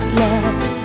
love